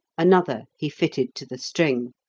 another he fitted to the string.